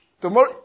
Tomorrow